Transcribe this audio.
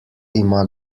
ima